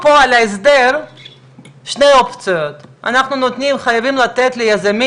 כל הסיפור הזה אחר כך, נניח נקבעה שומה חדשה,